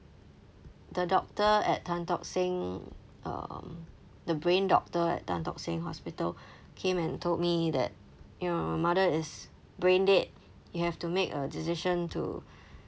the doctor at tan tock seng um the brain doctor at tan tock seng hospital came and told me that your mother is brain dead you have to make a decision to